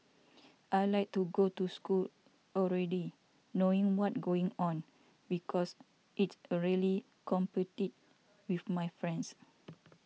I like to go to school already knowing what going on because it's really competitive with my friends